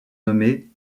nommée